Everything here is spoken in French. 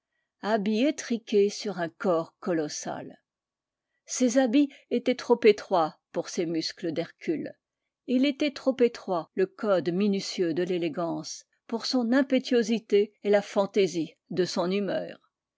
habit étriqué sur un corps colossal ses habits étaient trop étroits pour ses muscles d'hercule et il était trop étroit le code minutieux de l'élégance pour son impétuosité et la fantaisie de son humeur